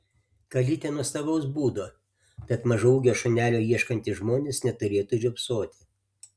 kalytė nuostabaus būdo tad mažaūgio šunelio ieškantys žmonės neturėtų žiopsoti